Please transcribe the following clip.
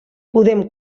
podem